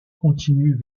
continuent